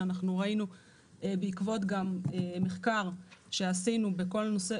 שבעקבות מחקר שעשינו בנושא